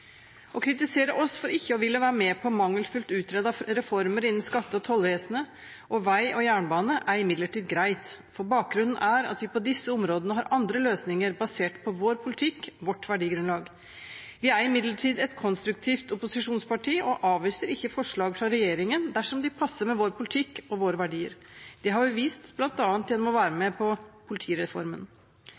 kritiserer oss for ikke å ville være med på mangelfullt utredede reformer innen skatte- og tollvesenet og vei og jernbane, er imidlertid greit. For bakgrunnen er at vi på disse områdene har andre løsninger basert på vår politikk, vårt verdigrunnlag. Vi er imidlertid et konstruktivt opposisjonsparti og avviser ikke forslag fra regjeringen dersom de passer med vår politikk og våre verdier. Det har vi vist bl.a. gjennom å være med på politireformen.